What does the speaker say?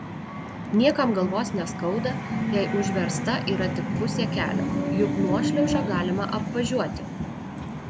niekam galvos neskauda jei užversta yra tik pusė kelio juk nuošliaužą galima apvažiuoti